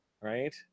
right